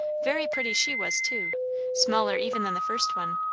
very pretty she was too smaller even than the first one,